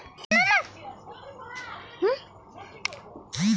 crocus হসকনেইচটি হল সপুষ্পক উদ্ভিদের প্রজাতি যা দক্ষিণ জর্ডানে পাওয়া য়ায়